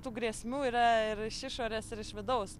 tų grėsmių yra ir iš išorės ir iš vidaus